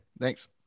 Thanks